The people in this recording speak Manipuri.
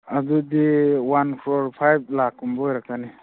ꯑꯗꯨꯗꯤ ꯋꯥꯟ ꯀ꯭ꯔꯣꯔ ꯐꯥꯏꯚ ꯂꯥꯥꯈꯀꯨꯝꯕ ꯑꯣꯏꯔꯛꯀꯅꯤ